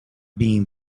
being